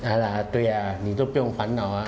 ya lah 对呀你都不用烦恼啊